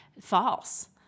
False